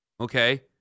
Okay